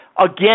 again